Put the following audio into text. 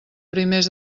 primers